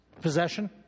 Possession